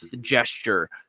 gesture